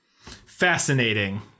Fascinating